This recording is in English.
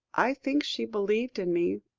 i think she believed in me,